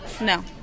No